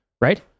right